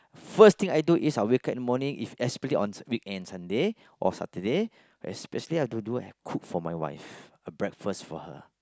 first thing I do is I'll wake up in the morning if especially on weekend Sunday or Saturday especially I like to do I cook for my wife a breakfast for her